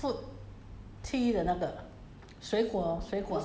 Koi 是不是有那个 uh fruit